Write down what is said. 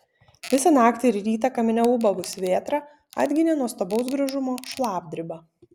visą naktį ir rytą kamine ūbavusi vėtra atginė nuostabaus gražumo šlapdribą